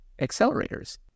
accelerators